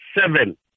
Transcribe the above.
seven